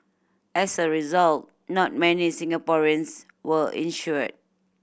as a result not many Singaporeans were insured